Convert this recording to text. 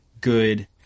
good